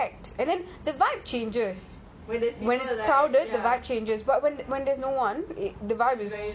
come and you know especailly after work they come right oh my god like it's packed and the light changes